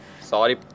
sorry